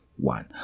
One